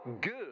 good